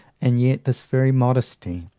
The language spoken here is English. and yet this very modesty,